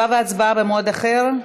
התשובה וההצבעה במועד אחר?